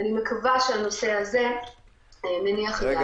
אני מקווה שהנושא הזה מניח את דעתכם.